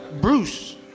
Bruce